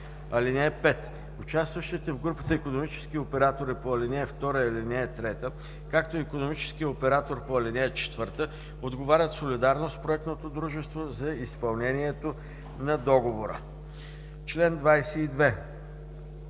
(5) Участващите в групата икономически оператори по ал. 2 и 3, както и икономическият оператор по ал. 4 отговарят солидарно с проектното дружество за изпълнението на договора.“ По чл.